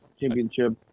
championship